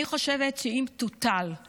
אני חושבת שאם יוטלו